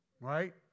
right